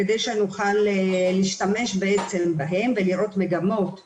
כדי שנוכל להשתמש בהם ולראות מגמות עליה,